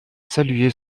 salué